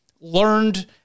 learned